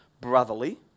brotherly